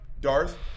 Darth